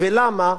ולמה?